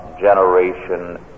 generation